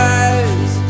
eyes